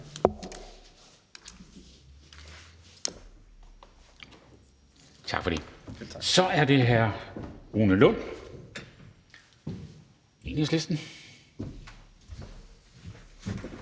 ordføreren. Så er det hr. Rune Lund, Enhedslisten.